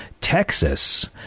Texas